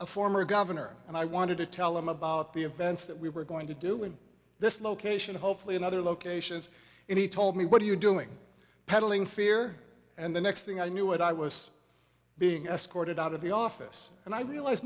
a former governor and i wanted to tell him about the events that we were going to do in this location hopefully in other locations and he told me what are you doing peddling fear and the next thing i knew it i was being escorted out of the office and i realize